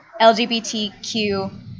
LGBTQ